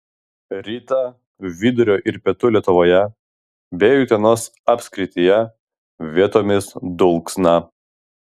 rytą vidurio ir pietų lietuvoje bei utenos apskrityje vietomis dulksna